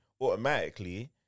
automatically